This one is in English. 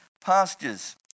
pastures